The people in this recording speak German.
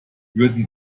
würden